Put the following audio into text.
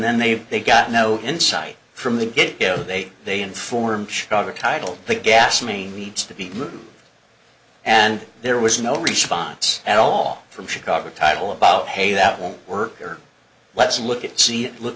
then they they've got no insight from the get go they they inform chicago title the gasoline needs to be and there was no response at all from chicago title about hey that won't work here let's look at